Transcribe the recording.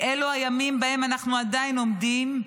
כי אלו הימים שבהם אנחנו עדיין עומדים,